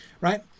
right